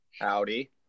Howdy